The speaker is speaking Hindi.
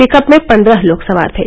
पिकप में पंद्रह लोग सवार थे